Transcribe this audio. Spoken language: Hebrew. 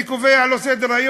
מי קובע לו את סדר-היום?